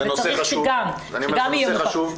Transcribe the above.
וצריך שהוא גם יהיה מוכר.